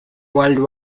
world